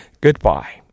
Goodbye